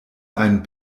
einen